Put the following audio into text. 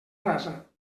rasa